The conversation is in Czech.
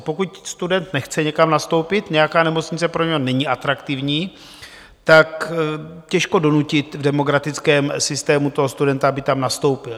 Pokud student nechce někam nastoupit, nějaká nemocnice pro něho není atraktivní, tak těžko donutit v demokratickém systému toho studenta, aby tam nastoupil.